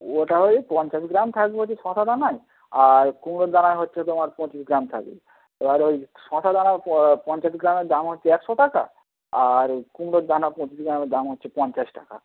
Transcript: ওটা ওই পঞ্চাশ গ্রাম থাক বলছি শশা দানায় আর কুমড়োর দানায় হচ্ছে তোমার পঁচিশ গ্রাম থাবে এবার ওই শশা দানা পঞ্চাশ গ্রামের দাম হচ্ছে একশো টাকা আর কুমড়োর দানা পঁচিশ গ্রামের দাম হচ্ছে পঞ্চাশ টাকা